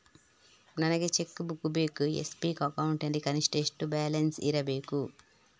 ನನಗೆ cheque book ಬೇಕು S B account ನಲ್ಲಿ ಕನಿಷ್ಠ ಎಷ್ಟು ಬ್ಯಾಲೆನ್ಸ್ ಇರಬೇಕು?